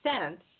cents